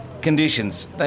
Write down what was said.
conditions